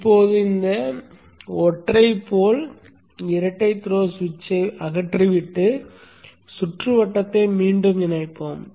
இப்போது இந்த ஒற்றை போல் இரட்டை த்ரோக்கள் சுவிட்சை அகற்றிவிட்டு சுற்றுவட்டத்தை மீண்டும் இணைப்போம்